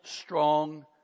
strong